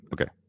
Okay